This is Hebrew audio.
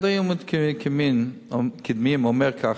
זה אומר ככה: